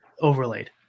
overlaid